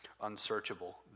unsearchable